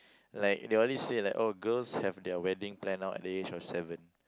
like they always say like oh girls have their wedding planned out at the age of seven